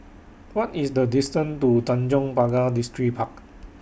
What IS The distance to Tanjong Pagar Distripark